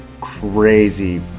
crazy